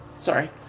sorry